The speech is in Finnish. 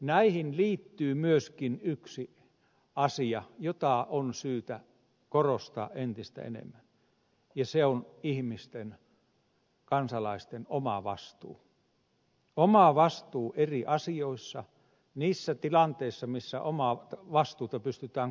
näihin liittyy myöskin yksi asia jota on syytä korostaa entistä enemmän ja se on ihmisten kansalaisten oma vastuu oma vastuu eri asioissa niissä tilanteissa missä omaa vastuuta pystytään kantamaan